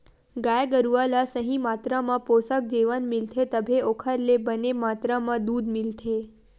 गाय गरूवा ल सही मातरा म पोसक जेवन मिलथे तभे ओखर ले बने मातरा म दूद मिलथे